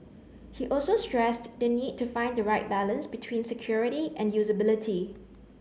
he also stressed the need to find the right balance between security and usability